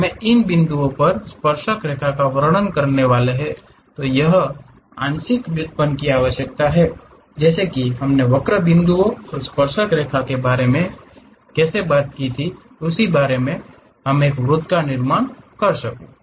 हमें उन बिंदुओं पर स्पर्शक रेखा का वर्णन करने वाले तो यह पर आंशिक व्युत्पन्न की आवश्यकता है जैसे कि हमने वक्र बिंदु और स्पर्शक रेखा के बारे में कैसे बात की ताकि मैं एक वृत्त का निर्माण कर सकूं